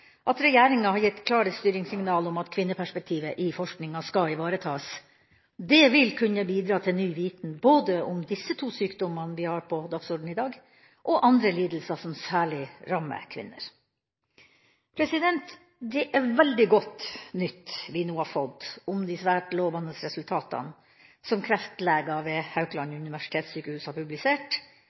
at regjeringa har gitt klare styringssignaler om at kvinneperspektivet i forskninga skal ivaretas. Det vil kunne bidra til ny viten, både om disse to sjukdommene vi har på dagsordenen i dag, og andre lidelser som særlig rammer kvinner. Det er veldig godt nytt vi nå har fått om de svært lovende resultatene som kreftleger ved Haukeland universitetssjukehus har publisert,